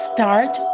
Start